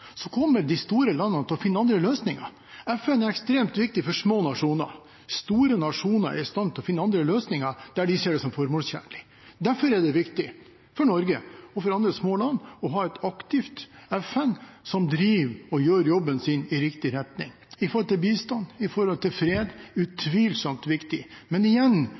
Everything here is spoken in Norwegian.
kommer de store landene til å finne andre løsninger. FN er ekstremt viktig for små nasjoner. Store nasjoner er i stand til å finne andre løsninger der de ser det som formålstjenlig. Derfor er det viktig for Norge og andre små land å ha et aktivt FN som gjør jobben sin og driver i riktig retning, med bistand, med fred – utvilsomt viktig. Men igjen